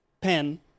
pen